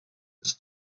des